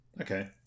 okay